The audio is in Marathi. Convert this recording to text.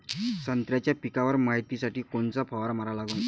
संत्र्याच्या पिकावर मायतीसाठी कोनचा फवारा मारा लागन?